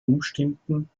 umständen